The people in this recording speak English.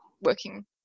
working